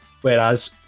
whereas